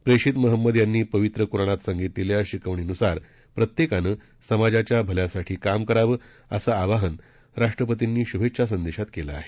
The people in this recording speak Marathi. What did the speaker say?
प्रेषित महंमद यांनी पवित्र कुराणात सांगितलेल्या शिकवणीनुसार प्रत्येकानं समाजाच्या भल्यासाठी काम करावं असं आवाहन राष्ट्रपतींनी शुभेच्छासंदेशात केलं आहे